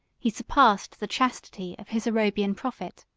he surpassed the chastity, of his arabian prophet.